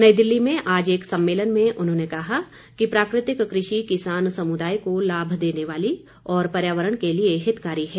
नई दिल्ली में आज एक सम्मेलन में उन्होंने कहा कि प्राकृतिक कृषि किसान समुदाय को लाभ देने वाली और पर्यावरण के लिए हितकारी है